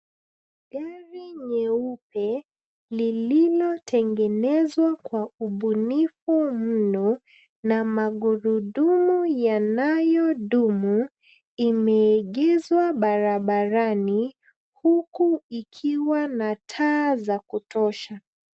Gari nyeupe lililotengenezwa kwa ubunifu mno na magurudumu yanayo dumu, imeegezwa barabarani huku ikiwa na taa za kutosha.